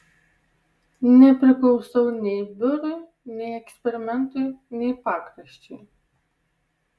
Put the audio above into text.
nepriklausau nei biurui nei eksperimentui nei pakraščiui